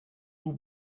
will